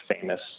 famous